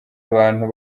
abantu